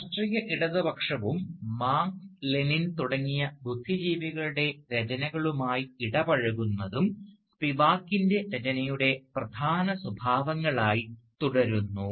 രാഷ്ട്രീയ ഇടതുപക്ഷവും Marx Lenin തുടങ്ങിയ ബുദ്ധിജീവികളുടെ രചനകളുമായി ഇടപഴകുന്നതും സ്പിവാക്കിൻറെ രചനയുടെ പ്രധാന സ്വഭാവങ്ങളായി തുടരുന്നു